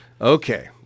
Okay